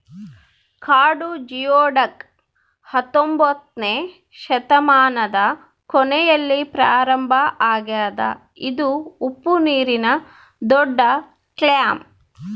ಕಾಡು ಜಿಯೊಡಕ್ ಹತ್ತೊಂಬೊತ್ನೆ ಶತಮಾನದ ಕೊನೆಯಲ್ಲಿ ಪ್ರಾರಂಭ ಆಗ್ಯದ ಇದು ಉಪ್ಪುನೀರಿನ ದೊಡ್ಡಕ್ಲ್ಯಾಮ್